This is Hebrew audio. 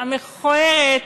המכוערת,